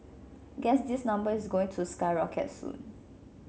guess this number is going to skyrocket soon